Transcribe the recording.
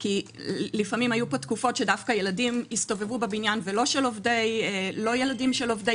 כי לפעמים היו תקופות שדווקא ילדים הסתובבו בבניין ולא ילדים של עובדי